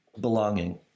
belonging